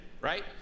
right